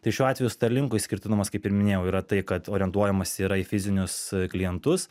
tai šiuo atveju starlinko išskirtinumas kaip ir minėjau yra tai kad orientuojamasi yra į fizinius klientus